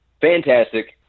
fantastic